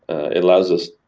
it allows us,